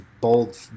bold